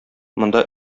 монда